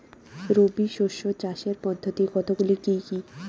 রবি শস্য চাষের পদ্ধতি কতগুলি কি কি?